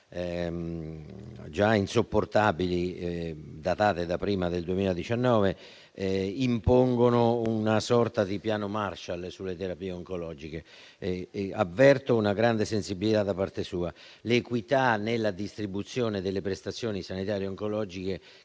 già insopportabili liste d'attesa datate da prima del 2019, impongono una sorta di piano Marshall sulle terapie oncologiche. Avverto una grande sensibilità da parte sua rispetto all'equità nella distribuzione delle prestazioni sanitarie oncologiche,